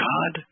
God